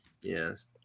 Yes